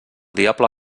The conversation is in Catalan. diable